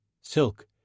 silk